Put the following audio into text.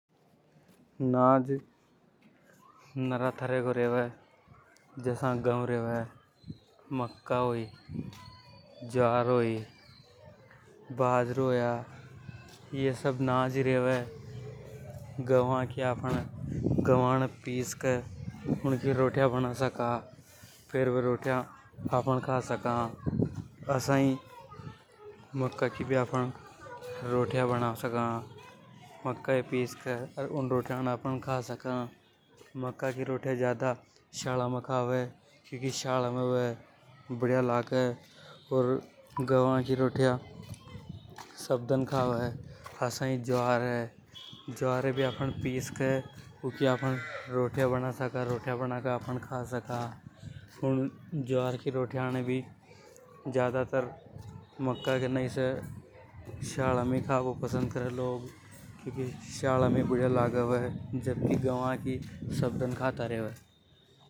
नाज नरा तरह को रेवे जसा गव रेवे मक्का होई ज्वार होई बजारों हो यो। ये सब नाज रेवे गवा की आपन गव ये पिस के रोटियां बना सका फेर वे रोटियां आपन खा सका। अर मक्का को भी आपन रोटियां बना सका मक्का ये पिस के उन रोटियां ने आपन खा सका मक्का को रोटियां ज्यादा श्याला में खावे क्योंकि श्याला में वे बढ़िया लगे। अर गवा की रोटियां रेगुलर खवा एसआई ज्वार रेवे ज्वार ये भी आपन पिस के यूकी आपने रोटियां बना सका। रोटियां बना के आप न खा सका उन ज्वार की रोटियां ने भी श्याला में ज्यादा खावे मक्का के नई से श्याला में खानों पसंद करे लोग भाग जबकि गवा की सब दन खावे।